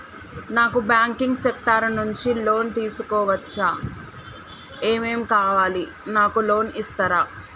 నాకు banking sector నుంచి loan తీసుకోవచ్చా? ఏమేం కావాలి? నాకు లోన్ ఇస్తారా?